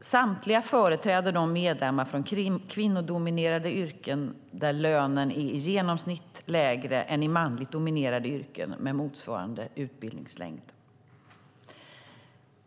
Samtliga företräder de medlemmar från kvinnodominerade yrken där lönen i genomsnitt är lägre än i manligt dominerade yrken med motsvarande utbildningslängd.